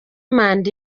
manda